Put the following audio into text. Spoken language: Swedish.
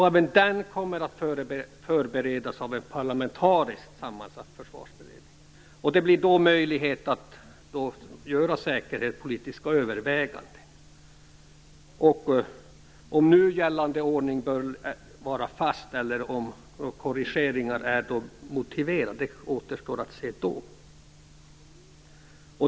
Även den kommer att förberedas av en parlamentariskt sammansatt försvarsberedning. Det blir då möjligt att göra säkerhetspolitiska överväganden. Om nu gällande ordning bör ligga fast eller om korrigeringar är motiverade återstår att se.